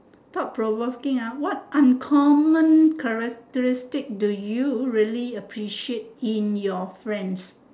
thought provoking ah what uncommon characteristic do you really appreciate in your friends